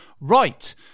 Right